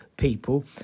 people